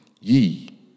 ye